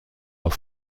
auf